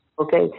Okay